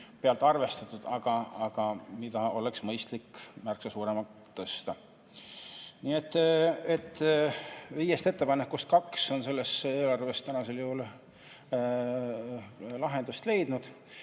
pealt arvestatud. See oleks mõistlik märksa suuremaks tõsta. Nii et viiest ettepanekust kaks on selles eelarves tänasel juhul lahenduse leidnud.